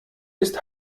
ist